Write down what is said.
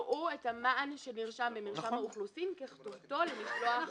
-- "יראו את המען שנרשם במרשם האוכלוסין ככתובתו למשלוח דואר."